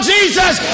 Jesus